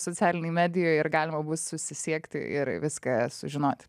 socialinėj medijoj ir galima bus susisiekti ir viską sužinoti